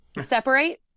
separate